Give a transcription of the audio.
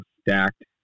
stacked